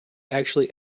actually